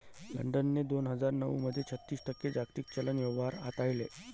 लंडनने दोन हजार नऊ मध्ये छत्तीस टक्के जागतिक चलन व्यवहार हाताळले